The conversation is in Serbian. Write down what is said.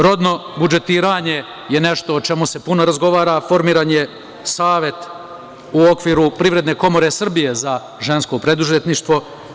Rodno budžetiranje je nešto o čemu se puno razgovara, formiran je savet u okviru Privredne komore Srbije za žensko preduzetništvo.